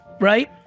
right